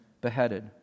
beheaded